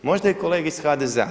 Možda i kolege iz HDZ-a.